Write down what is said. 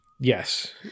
Yes